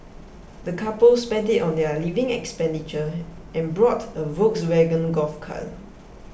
the couple spent it on their living expenditure and bought a Volkswagen Golf car